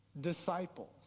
disciples